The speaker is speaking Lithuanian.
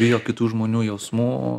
bijo kitų žmonių jausmų